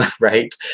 right